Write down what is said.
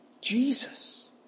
Jesus